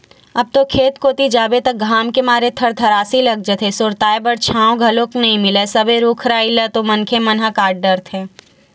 अब तो खेत कोती जाबे त घाम के मारे थरथरासी लाग जाथे, सुरताय बर छांव घलो नइ मिलय सबे रुख राई मन ल तो मनखे मन ह काट डरथे